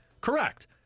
Correct